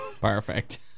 Perfect